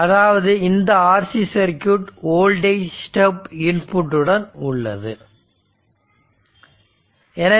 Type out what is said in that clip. அதாவது இந்த RC circuit voltage step input உடன் உள்ளது எனவே